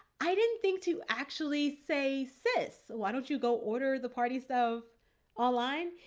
i didn't think to actually say, sis, why don't you go order the party stuff online?